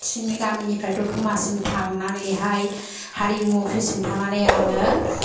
खाथिनि गामिनिफ्राय दतमासिम थांनानैहाय हारिमु अफिससिम थांनानै आङो